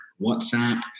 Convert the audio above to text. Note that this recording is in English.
WhatsApp